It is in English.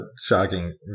shocking